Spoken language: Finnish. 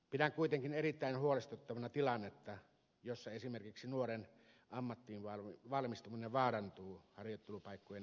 pidän kuitenkin erittäin huolestuttavana tilannetta jossa esimerkiksi nuoren ammattiin valmistuminen vaarantuu harjoittelupaikkojen vähenemisen myötä